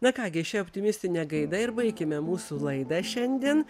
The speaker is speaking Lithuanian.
na ką gi šia optimistine gaida ir baikime mūsų laidą šiandien